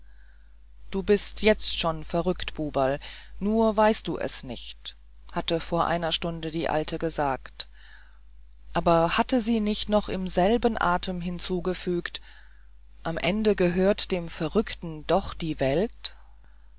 du bist jetzt schon verrückt buberl nur weißt du es nicht hatte vor einer stunde die alte gesagt aber hatte sie nicht noch im selben atem hinzugefügt am ende gehört dem verrückten doch die welt